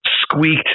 squeaked